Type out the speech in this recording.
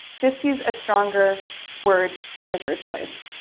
just use a stronger word in the first place.